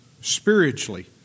spiritually